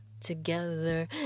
together